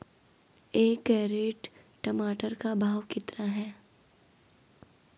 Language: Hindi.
एक कैरेट टमाटर का भाव कितना है?